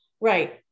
right